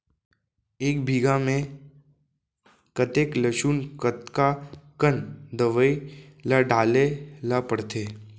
एक बीघा में कतेक लहसुन कतका कन दवई ल डाले ल पड़थे?